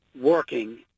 working